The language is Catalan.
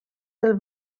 del